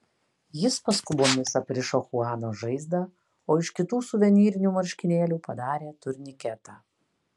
jis paskubomis aprišo chuano žaizdą o iš kitų suvenyrinių marškinėlių padarė turniketą